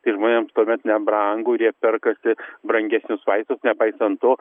tai žmonėms tuomet nebrangu ir jie perkasi brangesnius vaistus nepaisant to